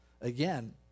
Again